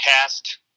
cast